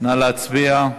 נא להצביע.